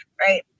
right